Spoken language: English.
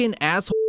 asshole